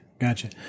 Gotcha